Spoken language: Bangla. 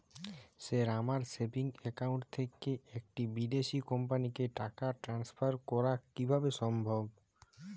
স্যার আমার সেভিংস একাউন্ট থেকে একটি বিদেশি কোম্পানিকে টাকা ট্রান্সফার করা কীভাবে সম্ভব?